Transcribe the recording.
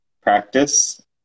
practice